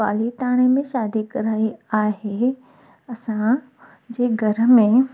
पालीताणा में शादी कराई आहे असांजे घर में